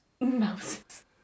mouses